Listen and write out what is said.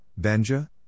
Benja